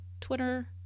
Twitter